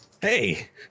hey